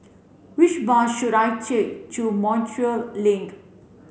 which bus should I take to Montreal Link